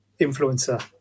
influencer